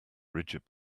rigid